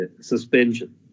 suspension